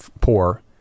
poor